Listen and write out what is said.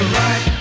right